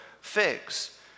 figs